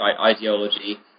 ideology